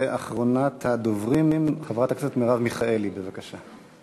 אחרונת הדוברים, חברת הכנסת מרב מיכאלי, בבקשה.